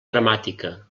dramàtica